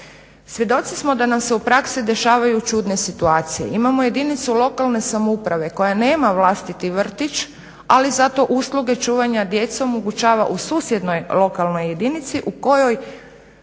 Svjedoci smo da nam se u praksi dešavaju čudne situacije. Imamo jedinicu lokalne samouprave koja nema vlastiti vrtić ali zato usluge čuvanja djece omogućava u susjednoj lokalnoj jedinici u kojoj